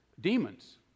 demons